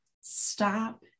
stop